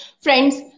Friends